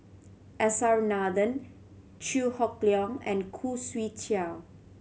S R Nathan Chew Hock Leong and Khoo Swee Chiow